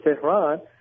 Tehran